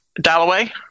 Dalloway